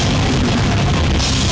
and she